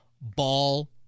ball